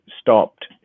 stopped